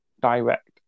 direct